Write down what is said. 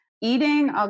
eating